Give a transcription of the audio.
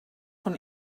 von